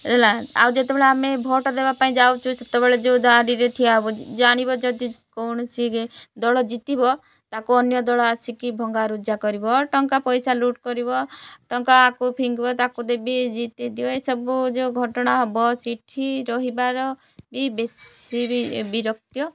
ହେଲା ଆଉ ଯେତେବେଳେ ଆମେ ଭୋଟ୍ ଦେବା ପାଇଁ ଯାଉଛୁ ସେତେବେଳେ ଯେଉଁ ଧାଡ଼ିରେ ଠିଆ ହେବ ଜାଣିବ ଯଦି କୌଣସି ଦଳ ଜିତିବ ତାକୁ ଅନ୍ୟ ଦଳ ଆସିକି ଭଙ୍ଗା ରୁଜା କରିବ ଟଙ୍କା ପଇସା ଲୁଟ୍ କରିବ ଟଙ୍କାକୁ ଫିଙ୍ଗିବ ତାକୁ ଦେବି ଜିତେଇଦିଅ ଏସବୁ ଯେଉଁ ଘଟଣା ହେବ ସେଠି ରହିବାର ବି ବେଶୀ ବି ବିରକ୍ତ